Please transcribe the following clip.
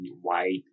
white